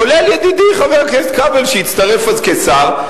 כולל ידידי חבר הכנסת כבל, שהצטרף אז כשר.